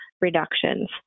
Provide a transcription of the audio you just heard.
reductions